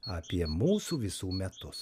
apie mūsų visų metus